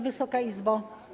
Wysoka Izbo!